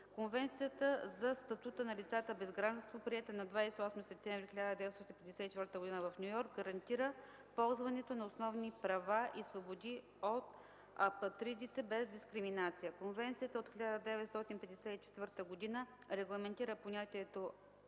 Конвенцията за статута на лицата без гражданство, приета на 28 септември 1954 г. в Ню Йорк, гарантира ползването на основни права и свободи от апатридите без дискриминация. Конвенцията от 1954 г. регламентира понятието